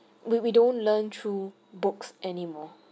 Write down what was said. we we don't learn through books anymore